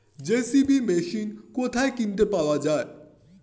JCB machine কোথায় কিনতে পাওয়া যাবে?